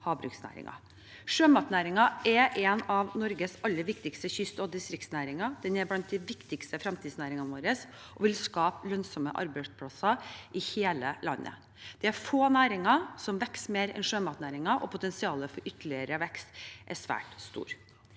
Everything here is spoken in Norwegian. Sjømatnæringen er en av Norges aller viktigste kyst- og distriktsnæringer. Den er blant de viktigste fremtidsnæringene våre og vil skape lønnsomme arbeidsplasser i hele landet. Det er få næringer som vokser mer enn sjømatnæringen, og potensialet for ytterligere vekst er svært stort.